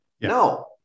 No